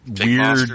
weird